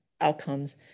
outcomes